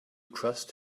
trust